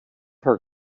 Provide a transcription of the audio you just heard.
her